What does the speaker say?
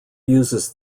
uses